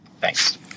Thanks